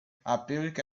public